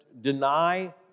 deny